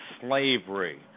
slavery